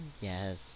Yes